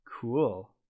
Cool